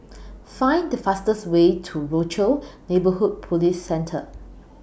Find The fastest Way to Rochor Neighborhood Police Centre